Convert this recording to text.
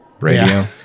radio